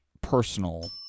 personal